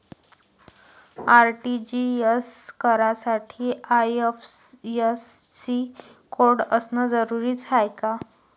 RTGS करासाठी IFSC code असनं जरुरीच हाय का?